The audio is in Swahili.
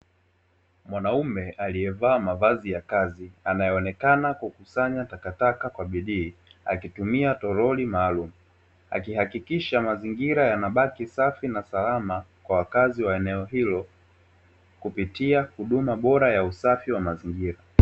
Mwanaume aliyevaa mavazi ya kazi anayeonekana kukusanya takataka kwa bidii akitumia toroli maalumu akihakikisha mazingira yanabaki safi na salama kwa wakazi wa eneo hilo kupitia huduma bora ya usafi wa mazingira.